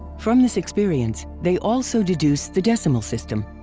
from this experience, they also deduced the decimal system.